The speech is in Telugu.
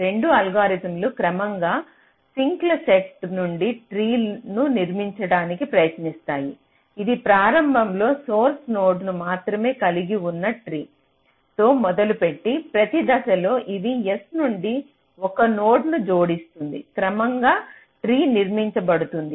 రెండు అల్గోరిథంలు క్రమంగా సింక్ల సెట్ నుండి ట్రీ ను నిర్మించడానికి ప్రయత్నిస్తాయి ఇది ప్రారంభంలో సోర్స్ నోడ్ ను మాత్రమే కలిగి ఉన్న ట్రీ తో మొదలుపెట్టి ప్రతి దశలో ఇవి S నుండి ఒక నోడ్ను జోడిస్తుంది క్రమంగా ట్రీ నిర్మించబడుతుంది